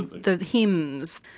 the hymns.